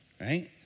right